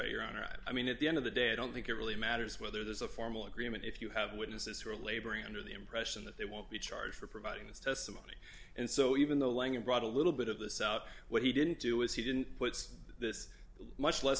your honor i mean at the end of the day i don't think it really matters whether there's a formal agreement if you have witnesses who are laboring under the impression that they won't be charged for providing this testimony and so even though langham brought a little bit of this out what he didn't do is he didn't put this much less